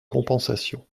compensation